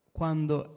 quando